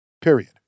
period